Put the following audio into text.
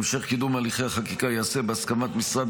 המשך קידום הליכי החקיקה ייעשה בהסכמת משרד